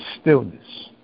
Stillness